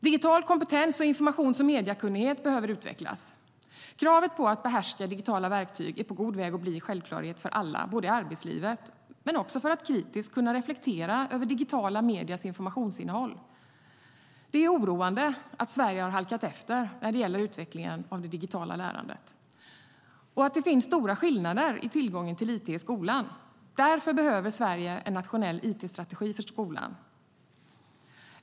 Digital kompetens och informations och mediekunnighet behöver utvecklas. Kravet på att behärska digitala verktyg är på god väg att bli en självklarhet för alla, både i arbetslivet och för att man kritiskt ska kunna reflektera över digitala mediers informationsinnehåll. Det är oroande att Sverige har halkat efter när det gäller utvecklingen av det digitala lärandet och att det finns stora skillnader i tillgången till it i skolan. Därför behöver Sverige en nationell it-strategi för skolan.